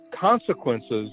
consequences